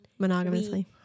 monogamously